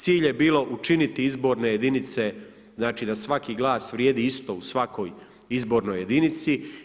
Cilj je bilo učiniti izborne jedinice znači da svaki glas vrijedi isto u svakoj izbornoj jedinici.